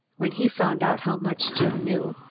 when he found out how much jim knew,